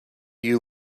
you